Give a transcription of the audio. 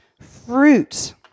fruit